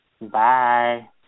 Bye